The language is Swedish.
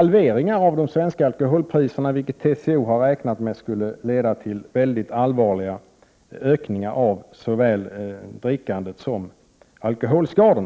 halvering av de svenska alkoholpriserna, vilket enligt vad TCO har räknat med skulle leda till mycket allvarliga ökningar av såväl drickandet som alkoholskadorna.